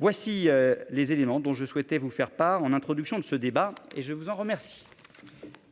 Voici les éléments dont je souhaitais vous faire part en introduction de ce débat et je vous en remercie.